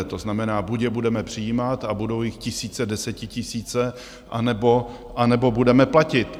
To znamená, buď je budeme přijímat a budou jich tisíce, desetitisíce, anebo budeme platit.